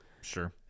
Sure